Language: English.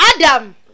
adam